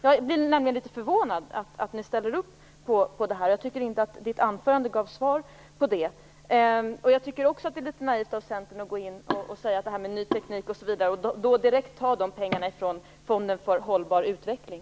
Jag är litet förvånad över att ni ställt upp bakom den. Jag tycker inte att jag fick något svar. Det är litet naivt av Centern att tala om ny teknik osv. och ta pengar till det från fonden för hållbar utveckling.